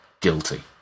guilty